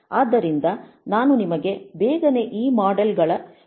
ಆದ್ದರಿಂದ ನಾನು ನಿಮಗೆ ಬೇಗನೆ ಈ ಮಾಡೆಲ್ ಗಳ ಪರಿಚಯ ಮಾಡಿಸುತ್ತೇನೆ